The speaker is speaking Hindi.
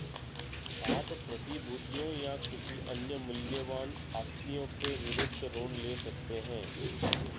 आप प्रतिभूतियों या किसी अन्य मूल्यवान आस्तियों के विरुद्ध ऋण ले सकते हैं